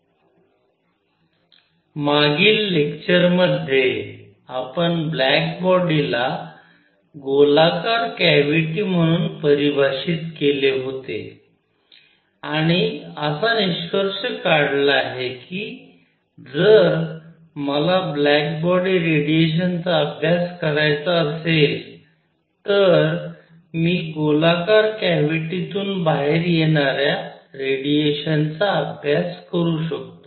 black body radiation II intensity of radiation in terms of energy density मागील lecture मध्ये आपण black बॉडीला गोलाकार कॅव्हिटी म्हणून परिभाषित केले होते आणि असा निष्कर्ष काढला आहे की जर मला ब्लॅक बॉडी रेडिएशनचा अभ्यास करायचा असेल तर मी गोलाकार कॅव्हिटीतून बाहेर येणाऱ्या रेडिएशनचा अभ्यास करू शकतो